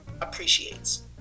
appreciates